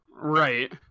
Right